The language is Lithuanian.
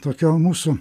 tokio mūsų